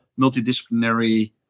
multidisciplinary